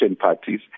parties